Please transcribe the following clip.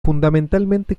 fundamentalmente